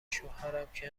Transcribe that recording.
شوهرم، که